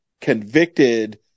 convicted